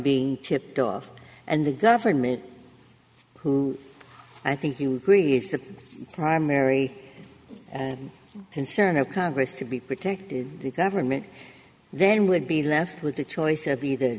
being tipped off and the government who i think you please the primary and concern of congress to be protected the government then would be left with the choice of be the